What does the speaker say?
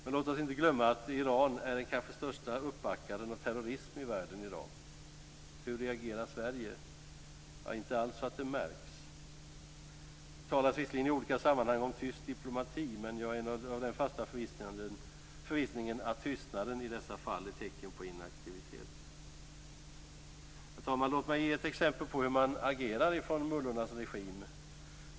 Men låt oss inte glömma att Iran är den kanske största uppbackaren av terrorism i världen i dag. Hur reagerar Sverige? Ja, inte alls så att det märks. Det talas visserligen i olika sammanhang om tyst diplomati, men jag är i den fasta förvissningen att tystnaden i dessa fall är tecken på inaktivitet. Herr talman! Låt mig ge ett exempel på hur man agerar från mullornas regim.